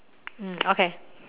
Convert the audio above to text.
mm okay